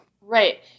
Right